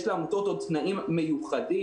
יש לעמותות תנאים מיוחדים.